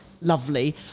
lovely